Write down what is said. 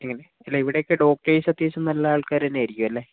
അല്ലാ ഇവിടെയൊക്കേ ഡോക്ടേഴ്സ് അത്യാവശ്യം നല്ല ആള്ക്കാര് തന്നെ ആയിരിക്കും അല്ലേ